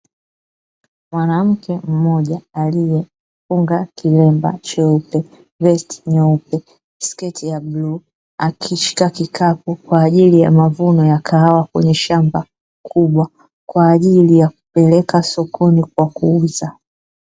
Mwanamke mmoja aliyefunga kilemba cheupe, vesti nyeupe, sketi ya bluu akishika kikapu kwajili ya mavuno ya kahawa kwenye shamba kubwa kwajili ya kupeleka sokoni kuuza.